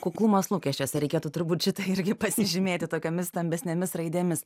kuklumas lūkesčiuose reikėtų turbūt šitą irgi pasižymėti tokiomis stambesnėmis raidėmis